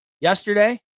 yesterday